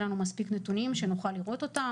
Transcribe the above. לנו מספיק נתונים שנוכל לראות אותם.